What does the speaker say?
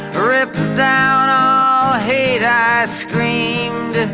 rip down hate, i screamed